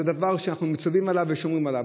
זה דבר שאנחנו מצווים עליו ושומרים עליו.